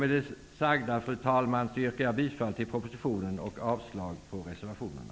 Med det sagda yrkar jag bifall till utskottets hemställan med anledning av propositionen och avslag på reservationerna.